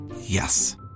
Yes